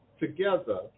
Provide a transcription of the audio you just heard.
together